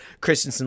Christensen